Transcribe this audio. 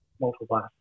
multiple